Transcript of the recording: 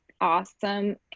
awesome